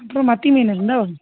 அப்புறம் மத்தி மீன் இருந்தால் ஒன்று